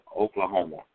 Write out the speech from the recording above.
Oklahoma